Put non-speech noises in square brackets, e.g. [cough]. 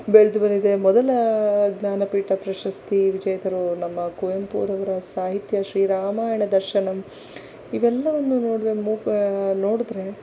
ಬೆಳೆದು ಬಂದಿದೆ ಮೊದಲ ಜ್ಞಾನಪೀಠ ಪ್ರಶಸ್ತಿ ವಿಜೇತರು ನಮ್ಮ ಕುವೆಂಪುರವರ ಸಾಹಿತ್ಯ ಶ್ರೀ ರಾಮಾಯಣ ದರ್ಶನಂ ಇವೆಲ್ಲವನ್ನೂ ನೋಡಿದಾಗ [unintelligible] ನೋಡಿದರೆ